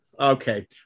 Okay